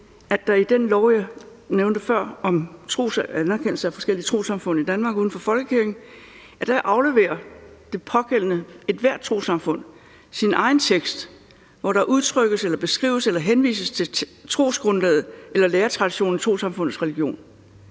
at ifølge den lov, jeg nævnte før om anerkendelse af forskellige trossamfund i Danmark uden for folkekirken, afleverer ethvert trossamfund sin egen tekst, hvor der udtrykkes, beskrives eller henvises til trosgrundlaget eller læretraditionen i trossamfundets religion.